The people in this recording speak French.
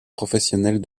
professionnels